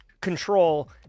control